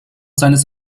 seines